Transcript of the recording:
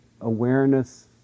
awareness